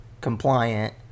compliant